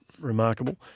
remarkable